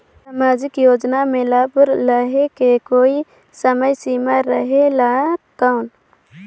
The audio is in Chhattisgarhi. समाजिक योजना मे लाभ लहे के कोई समय सीमा रहे एला कौन?